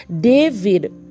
David